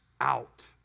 out